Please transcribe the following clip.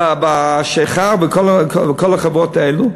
ב"שיכר" ובכל החברות האלה.